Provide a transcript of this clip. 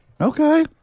Okay